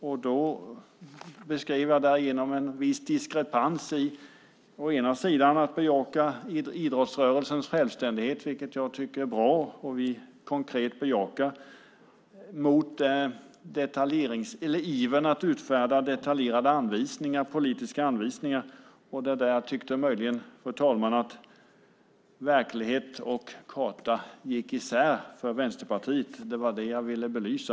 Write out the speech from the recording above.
Jag beskrev därigenom en viss diskrepans mellan att å ena sidan bejaka idrottsrörelsens självständighet, vilket jag tycker är bra och vi konkret bejakar, och å andra sidan vara ivrig med att utfärda detaljerade politiska anvisningar. Jag tycker möjligen, fru talman, att verklighet och karta gick isär för Vänsterpartiet. Det var det jag ville belysa.